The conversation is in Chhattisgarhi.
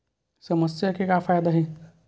समस्या के का फ़ायदा हे?